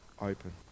open